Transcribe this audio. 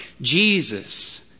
Jesus